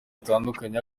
zitandukanye